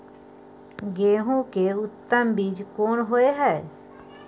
गेहूं के उत्तम बीज कोन होय है?